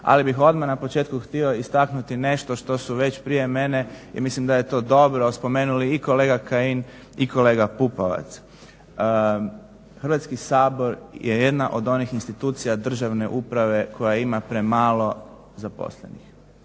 ali bih odmah na početku htio istaknuti nešto što su već prije mene i mislim da je to dobro, spomenuli i kolega Kajin i kolega Pupovac. Hrvatski sabor je jedna od onih institucija državne uprave koja ima premalo zaposlenih,